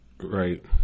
right